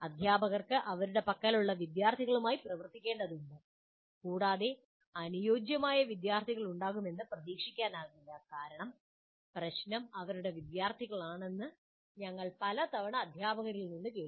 അധ്യാപകർക്ക് അവരുടെ പക്കലുള്ള വിദ്യാർത്ഥികളുമായി പ്രവർത്തിക്കേണ്ടതുണ്ട് കൂടാതെ അനുയോജ്യമായ വിദ്യാർത്ഥികളുണ്ടാകുമെന്ന് പ്രതീക്ഷിക്കാനാകില്ല കാരണം പ്രശ്നം അവരുടെ വിദ്യാർത്ഥികളാണെന്ന് ഞങ്ങൾ പലതവണ അധ്യാപകരിൽ നിന്ന് കേൾക്കുന്നു